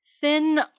thin